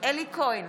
אלי כהן,